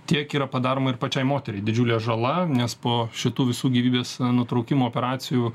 tiek yra padaroma ir pačiai moteriai didžiulė žala nes po šitų visų gyvybės nutraukimo operacijų